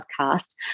podcast